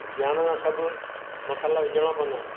ध्यानु सां सभु मसाला विझणा पवंदा आहिनि